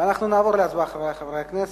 אנחנו נעבור להצבעה, חברי חברי הכנסת.